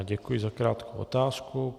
Děkuji za krátkou otázku.